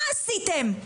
מה עשיתם?